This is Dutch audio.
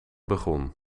begon